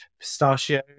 pistachio